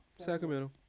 Sacramento